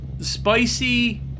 Spicy